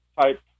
type